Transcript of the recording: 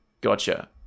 gotcha